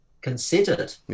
considered